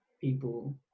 people